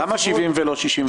למה 70 ולא 67?